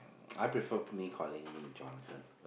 I prefer me calling me Jonathan